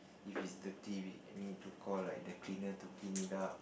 if it's dirty we we need to call like the cleaner to clean it up